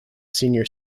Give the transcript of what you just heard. senior